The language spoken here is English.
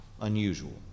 unusual